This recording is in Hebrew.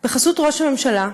בחסות ראש הממשלה,